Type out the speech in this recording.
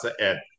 ed